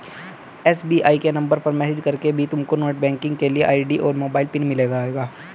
SBI के number पर message करके भी तुमको नेटबैंकिंग के लिए आई.डी और मोबाइल पिन मिल जाएगा